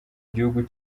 gihugu